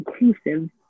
inclusive